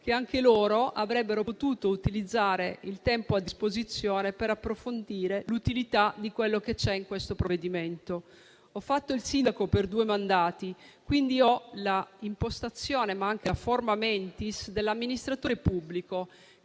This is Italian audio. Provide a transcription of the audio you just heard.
che anch'essi avrebbero potuto utilizzare il tempo a disposizione per approfondire l'utilità del contenuto di questo provvedimento. Ho fatto il sindaco per due mandati, quindi ho l'impostazione, ma anche la *forma mentis* dell'amministratore pubblico,